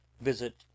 visit